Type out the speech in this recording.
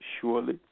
Surely